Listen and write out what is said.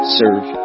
serve